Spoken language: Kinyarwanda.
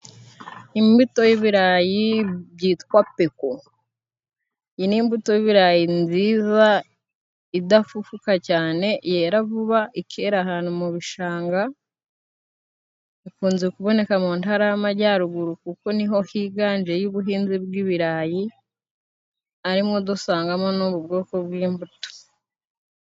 Imbuto y'ibirayi byitwa peko, iyi ni'mbuto y'ibirayi nziza idafufuka cyane, yera vuba ikera ahantu mu bishanga, ikunze kuboneka mu ntara y'amajyaruguru kuko niho higanje y'ubuhinzi bw'ibirayi arimo dusangamo n'ubu bwoko bw'imbuto.